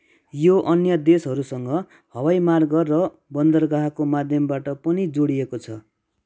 यो अन्य देशहरूसँग हवाई मार्ग र बन्दरगाहको माध्यमबाट पनि जोडिएको छ